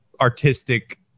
artistic